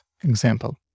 example